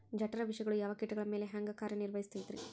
ಜಠರ ವಿಷಗಳು ಯಾವ ಕೇಟಗಳ ಮ್ಯಾಲೆ ಹ್ಯಾಂಗ ಕಾರ್ಯ ನಿರ್ವಹಿಸತೈತ್ರಿ?